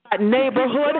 neighborhood